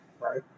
Right